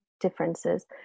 differences